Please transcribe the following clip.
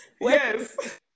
Yes